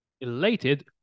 elated